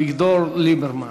חבר הכנסת אביגדור ליברמן.